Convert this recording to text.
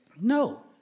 No